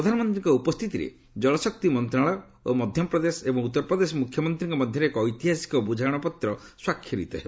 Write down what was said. ପ୍ରଧାନମନ୍ତ୍ରୀଙ୍କ ଉପସ୍ଥିତିରେ କଳଶକ୍ତି ମନ୍ତ୍ରଣାଳୟ ଓ ମଧ୍ୟପ୍ରଦେଶ ଏବଂ ଉତ୍ତରପ୍ରଦେଶ ମୁଖ୍ୟମନ୍ତ୍ରୀଙ୍କ ମଧ୍ୟରେ ଏକ ଐତିହାସିକ ବୁଝାମଣାପତ୍ର ସ୍ୱାକ୍ଷରିତ ହେବ